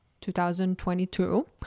2022